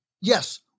yes